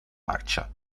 marcia